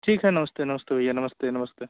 ठीक है नमस्ते नमस्ते भैया नमस्ते नमस्ते